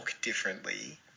differently